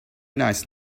nice